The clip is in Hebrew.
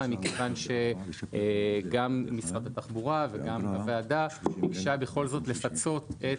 מכיוון שגם משרד התחבורה וגם הוועדה ביקשו בכל זאת לפצות את